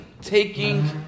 taking